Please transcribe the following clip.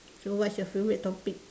so what's your favourite topic